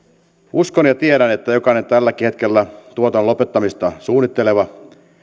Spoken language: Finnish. uskon ja tiedän että jokainen tälläkin hetkellä tuotannon lopettamista suunnitteleva